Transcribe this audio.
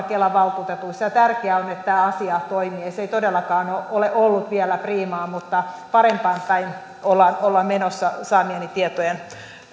kelan valtuutetuissa ja tärkeää on että tämä asia toimii ja se ei todellakaan ole ollut vielä priimaa mutta parempaan päin ollaan ollaan menossa saamieni tietojen